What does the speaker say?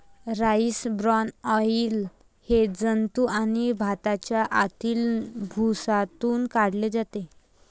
rice bran oil हे जंतू आणि भाताच्या आतील भुसातून काढले जाते